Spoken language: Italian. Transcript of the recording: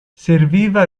serviva